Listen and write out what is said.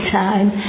time